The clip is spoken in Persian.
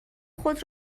خود